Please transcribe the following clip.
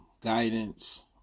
guidance